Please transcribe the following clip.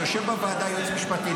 יושב בוועדה יועץ משפטי,